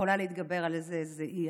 שיכולה להתגבר על זה זו היא.